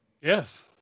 Yes